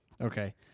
Okay